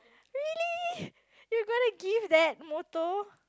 really you gonna give that motto